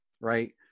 right